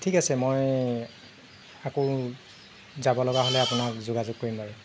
ঠিক আছে মই আকৌ যাবলগা হ'লে আপোনাক যোগাযোগ কৰিম বাৰু